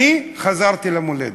אני חזרתי למולדת.